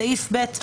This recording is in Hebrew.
סעיף ב'